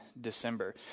December